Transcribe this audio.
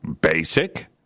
basic